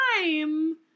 time